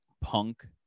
punk